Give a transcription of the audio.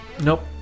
Nope